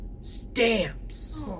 Stamps